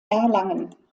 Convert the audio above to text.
erlangen